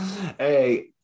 Hey